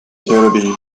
kennedy